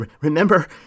remember